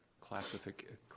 classification